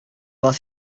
was